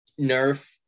nerf